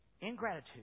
Ingratitude